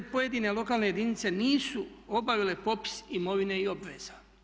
pojedine lokalne jedinice nisu obavile popis imovine i obveza.